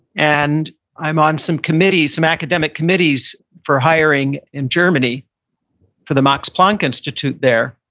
and i'm on some committees, some academic committees for hiring in germany for the max planck institute there.